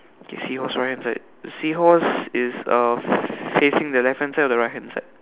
okay seahorse right hand side the seahorse is uh facing the left hand side or the right hand side